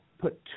put